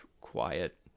quiet